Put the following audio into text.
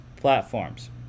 platforms